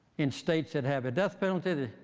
in states that have a death penalty,